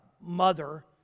mother